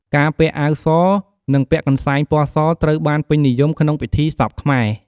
ការពាក់អាវស និងពាក់កន្សែងពណ៌សត្រូវបានពេញនិយមក្នុងពិធីសពខ្មែរ។